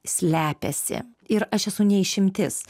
slepiasi ir aš esu ne išimtis